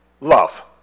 love